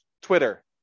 Twitter